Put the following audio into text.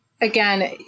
Again